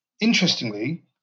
interestingly